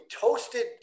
toasted